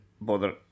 bother